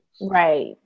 Right